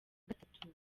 gatatu